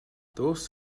dos